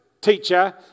teacher